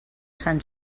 sant